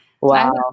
wow